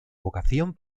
vocación